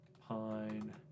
Pine